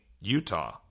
Utah